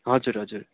हजुर हजुर